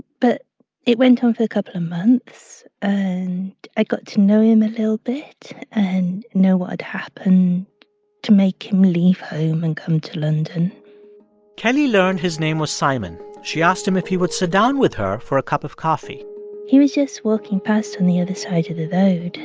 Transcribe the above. but it went on for a couple of months, and i got to know him a little bit and know what had happened to make him leave home and come to london kellie learned his name was simon. she asked him if he would sit down with her for a cup of coffee he was just walking past on the other side of the road.